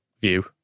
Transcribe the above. view